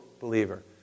believer